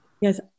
Yes